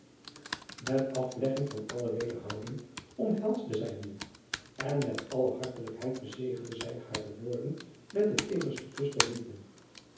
et aflegging van alle wederhouding omhelsde zij hem nu en met alle hartelijkheid bezegelde zij hare woorden met den teedersten kus der liefde